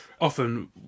Often